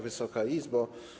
Wysoka Izbo!